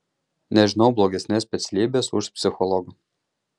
nežinau blogesnės specialybės už psichologo